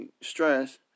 stress